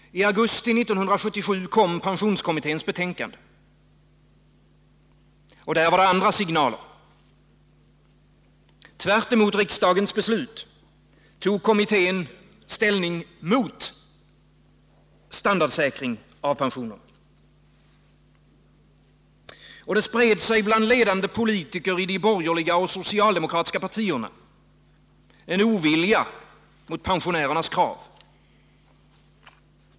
I augusti 1977 kom pensionskommitténs betänkande. Och där var det andra signaler. Tvärtemot riksdagens beslut tog kommittén ställning mot standardsäkring av pensionerna. Det spred sig bland ledande politiker i de borgerliga och socialdemokratiska partierna en ovilja mot pensionärernas krav.